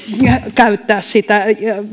käyttää sitä